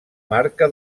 marca